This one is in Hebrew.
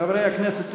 חברי הכנסת,